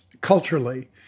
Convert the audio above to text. culturally